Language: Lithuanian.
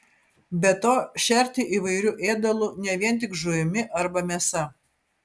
be to šerti įvairiu ėdalu ne vien tik žuvimi arba mėsa